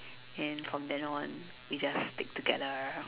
and from then on we just stick together